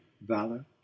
valor